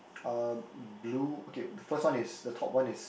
uh blue okay the first one is the top one is